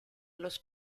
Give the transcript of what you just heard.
los